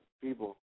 people